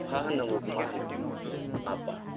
आफा होनांगौखौ मा होनो बाबा